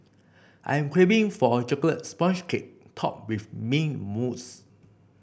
I'm craving for a chocolate sponge cake topped with mint mousse